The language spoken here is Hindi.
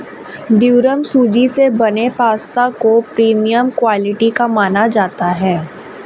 ड्यूरम सूजी से बने पास्ता को प्रीमियम क्वालिटी का माना जाता है